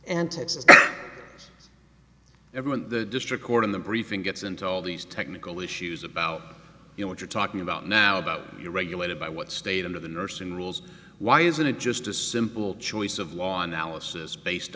and taxes everyone the district court in the briefing gets into all these technical issues about you know what you're talking about now about your regulated by what state and of the nursing rules why isn't it just a simple choice of law analysis based